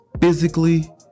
physically